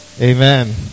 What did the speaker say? Amen